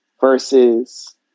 versus